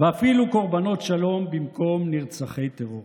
ואפילו קורבנות שלום במקום נרצחי טרור.